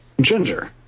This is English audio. Ginger